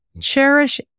Cherish